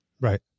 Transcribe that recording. Right